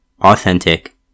authentic